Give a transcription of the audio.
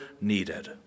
needed